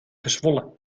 gezwollen